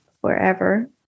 Forever